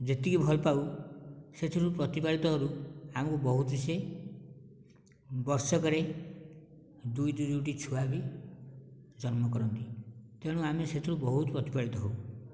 ଯେତିକି ଭଲପାଉ ସେଥିରୁ ପ୍ରତିପାଳିତରୁ ଆମକୁ ବହୁତ ସିଏ ବର୍ଷକରେ ଦୁଇ ତିନୋଟି ଛୁଆବି ଜନ୍ମ କରନ୍ତି ତେଣୁ ଆମେ ସେଥିରୁ ବହୁତ ପ୍ରତିପାଳିତ ହେଉ